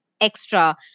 extra